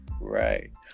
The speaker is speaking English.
right